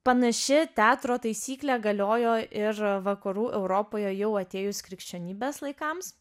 panaši teatro taisyklė galiojo ir vakarų europoje jau atėjus krikščionybės laikams